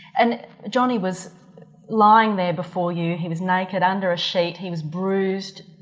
and jhonnie was lying there before you, he was naked under a sheet, he was bruised,